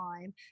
time